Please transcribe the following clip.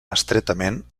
estretament